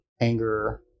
anger